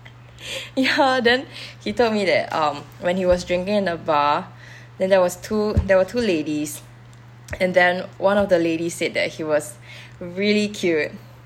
ya then he told me that um when he was drinking in a bar then there was two there were two ladies and then one of the lady said that he was really cute